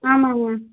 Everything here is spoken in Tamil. ஆமாங்க